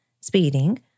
speeding